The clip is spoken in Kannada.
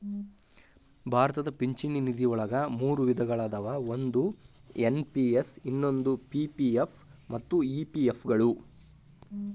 ಭಾರತದ ಪಿಂಚಣಿ ನಿಧಿವಳಗ ಮೂರು ವಿಧಗಳ ಅದಾವ ಒಂದು ಎನ್.ಪಿ.ಎಸ್ ಇನ್ನೊಂದು ಪಿ.ಪಿ.ಎಫ್ ಮತ್ತ ಇ.ಪಿ.ಎಫ್ ಗಳು